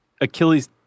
Achilles